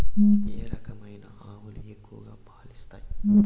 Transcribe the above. ఏ రకమైన ఆవులు ఎక్కువగా పాలు ఇస్తాయి?